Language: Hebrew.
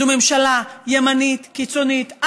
זו ממשלה ימנית קיצונית,